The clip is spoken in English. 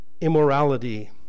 immorality